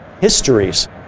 histories